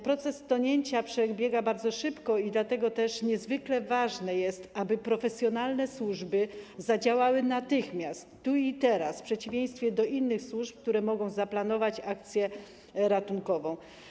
Proces tonięcia przebiega bardzo szybko i dlatego też niezwykle ważne jest, aby profesjonalne służby zadziałały natychmiast tu i teraz, w przeciwieństwie do innych służb, które mogą zaplanować akcję ratunkową.